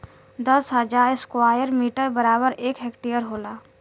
दस हजार square metre बराबर एक हेक्टेयर होला